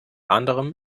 anderem